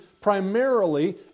primarily